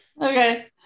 Okay